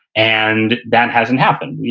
and, that hasn't happened.